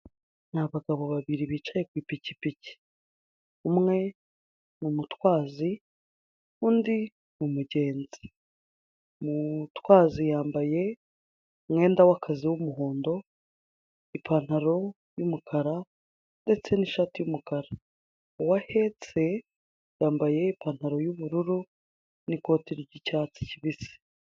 Ni abagabo babiri bicaye ku ipikipiki, umwe ni umutwazi, undi ni umugenzi, umutwazi yambaye umwenda w'akazi w'umuhondo, ipantaro y'umukara ndetse n'ishati y'umukara, uwo ahetse yambaye ipantaro y'ubururu n'ikoti ry'icyatsi kibisi.